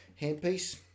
handpiece